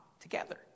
together